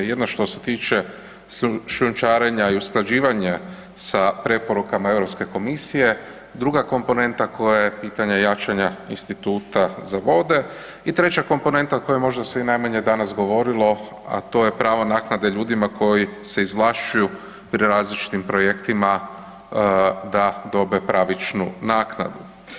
Jedno što se tiče šljunčarenja i usklađivanja sa preporukama Europske komisije, druga komponenta koja je pitanje jačanja Instituta za vode i treća komponenta o kojoj možda se i najmanje danas govorilo, a to je pravo naknade ljudima koji se izvlašćuju pri različitim projektima da dobe pravičnu naknadu.